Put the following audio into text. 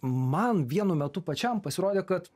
man vienu metu pačiam pasirodė kad